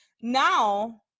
now